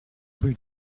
rue